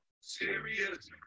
serious